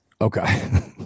okay